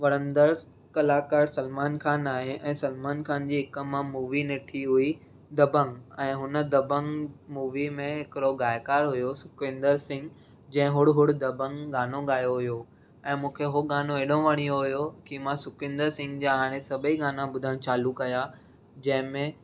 वणंदड़ कलाकार सलमान खान आहे ऐं सलमान खान जी हिकु मां मूवी ॾिठी हुई दबंग ऐं हुन दबंग मूवीअ में हिकिड़ो गाइकारु हुयो सुखविंदर सिंह जंहिं हुड़ हुड़ दबंग गानो गायो हुयो ऐं मूंखे उहो गानो हेॾो वणियो हुयो कि मां सुखविंदर सिंह जा हाणे सभई गाना ॿुधणु चालू कया जंहिंमें